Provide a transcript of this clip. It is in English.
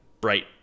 bright